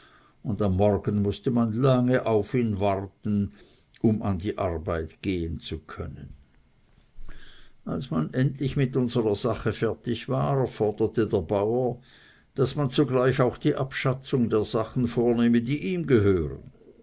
und am morgen mußte man lange auf ihn warten um an die arbeit gehen zu können als man endlich mit unserer sache fertig war forderte der bauer daß man zugleich auch die abschatzung der sachen vornehme die ihm gehören